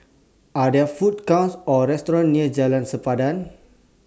Are There Food Courts Or restaurants near Jalan Sempadan